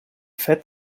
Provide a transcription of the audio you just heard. fett